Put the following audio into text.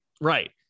Right